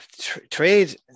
trade